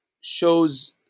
shows